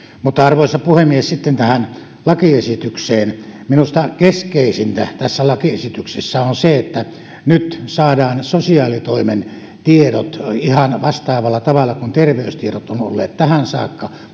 arvoisa puhemies sitten tähän lakiesitykseen minusta keskeisintä tässä lakiesityksessä on se että nyt saadaan sosiaalitoimen tiedot mukaan tuonne valtakunnalliseen kanta palveluun ihan vastaavalla tavalla kuin terveystiedot ovat olleet tähän saakka